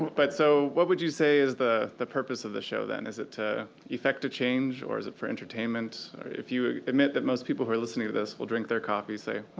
but so what would you say is the the purpose of the show, then? is it to effect a change, or is it for entertainment? if you admit that most people who are listening to this will drink their coffee, say,